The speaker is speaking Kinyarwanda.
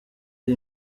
iri